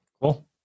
Cool